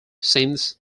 since